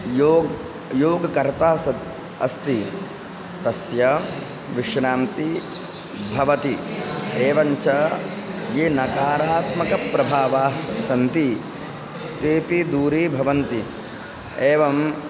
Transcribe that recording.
योगः योगकर्ता स अस्ति तस्य विश्रान्तिः भवति एवञ्च ये नकारात्मकप्रभावाः सन्ति तेऽपि दूरी भवन्ति एवं